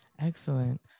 Excellent